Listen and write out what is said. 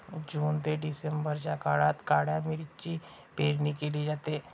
जून ते डिसेंबरच्या काळात काळ्या मिरीची पेरणी केली जाते